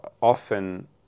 often